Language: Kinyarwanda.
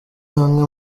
bamwe